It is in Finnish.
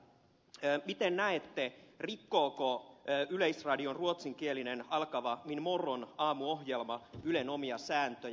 miten näette rikkooko yleisra diossa alkava ruotsinkielinen min morgon aamuohjelma ylen omia sääntöjä